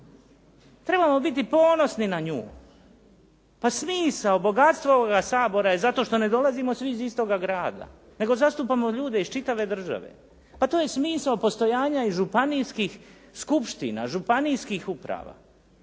Trebamo biti ponosni na nju. Pa smisao, bogatstvo ovoga Sabora je zato što ne dolazimo svi iz istoga grada nego zastupamo ljude iz čitave države. Pa to je smisao postojanja i županijskih skupština, županijskih uprava,